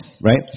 right